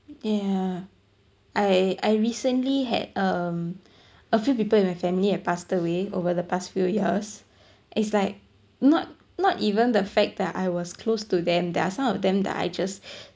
yeah I I recently had um a few people in my family that passed away over the past few years it's like not not even the fact that I was close to them there are some of them that I just